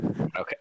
okay